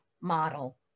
model